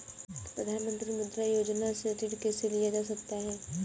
प्रधानमंत्री मुद्रा योजना से ऋण कैसे लिया जा सकता है?